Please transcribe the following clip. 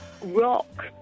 rock